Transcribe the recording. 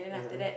(uh huh)